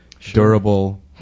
durable